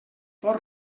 pot